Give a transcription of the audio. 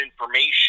information